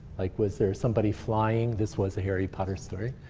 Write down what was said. like was there somebody flying this was the harry potter story.